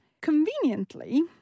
Conveniently